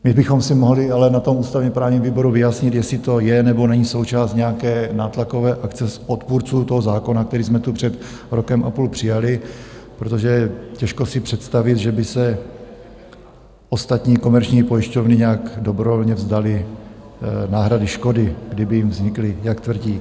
My bychom si mohli ale na tom ústavněprávním výboru vyjasnit, jestli to je, nebo není součást nějaké nátlakové akce odpůrců toho zákona, který jsme tu před rokem a půl přijali, protože těžko si představit, že by se ostatní komerční pojišťovny nějak dobrovolně vzdaly náhrady škody, kdyby jim vznikly, jak tvrdí.